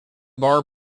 bar